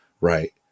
right